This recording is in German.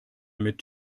mit